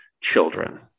children